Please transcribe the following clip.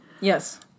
Yes